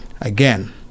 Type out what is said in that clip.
again